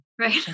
right